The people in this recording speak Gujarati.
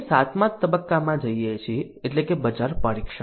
અમે સાતમા તબક્કામાં જઈએ છીએ એટલે કે બજાર પરીક્ષણ